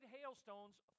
hailstones